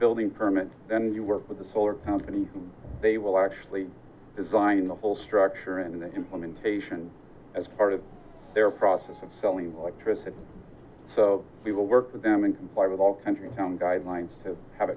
building permit them to work with the solar company they will actually design the whole structure in the implementation as part of their process of selling like tricycle so we will work with them and comply with all country town guidelines to have